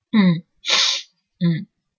mm mm